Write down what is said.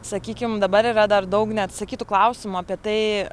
sakykim dabar yra dar daug neatsakytų klausimų apie tai